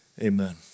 Amen